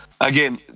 again